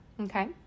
Okay